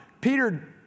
Peter